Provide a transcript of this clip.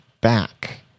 back